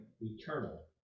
eternal